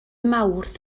mawrth